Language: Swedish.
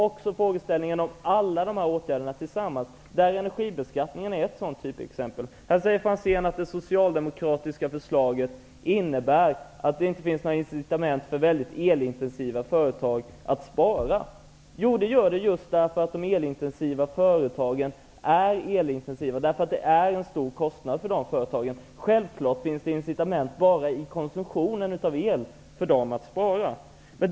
Man måste se alla dessa åtgärder tillsammans. Energibeskattningen är ett typexempel. Ivar Franzén sade att det socialdemokratiska förslaget innebär att det inte finns några incitament för väldigt elintensiva företag att spara. Jo, det gör det just därför att de är elintensiva. Elen medför en stor kostnad för dessa företag. Självklart finns det incitament för dem att spara i elkonsumtionen.